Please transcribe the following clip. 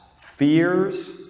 fears